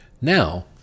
Now